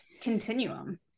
continuum